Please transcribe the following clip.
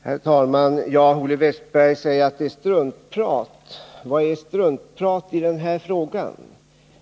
Herr talman! Olle Wästberg säger att det är struntprat. Men vad är struntprat i den här frågan?